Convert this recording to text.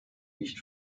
nicht